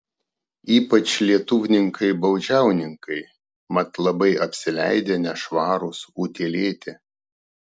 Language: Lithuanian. ypač lietuvninkai baudžiauninkai mat labai apsileidę nešvarūs utėlėti